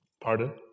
Pardon